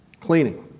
Cleaning